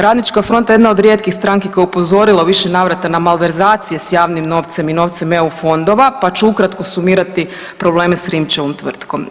Radnička fronta je jedna od rijetkih stranki koja je upozorila u više navrata na malverzacije s javnim novcem i novcem eu fondova, pa ću ukratko sumirati probleme s Rimčevom tvrtkom.